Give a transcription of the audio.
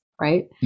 right